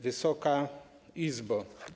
Wysoka Izbo!